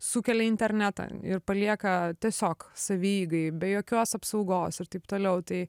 sukelia į internetą ir palieka tiesiog savieigai be jokios apsaugos ir taip toliau tai